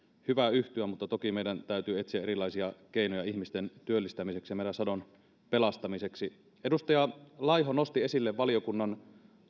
hyvä yhtyä mutta toki meidän täytyy etsiä erilaisia keinoja ihmisten työllistämiseksi ja meidän sadon pelastamiseksi edustaja laiho nosti esille valiokunnan